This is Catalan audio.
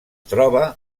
troba